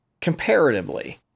comparatively